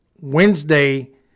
Wednesday